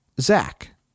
Zach